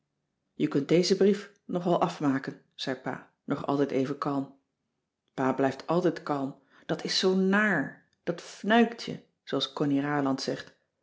je kunt dezen brief nog wel afmaken zei pa nog altijd even kalm pa blijft altijd kalm dat is zoo naar dat fnuikt je zooals connie raland zegt